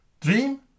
Dream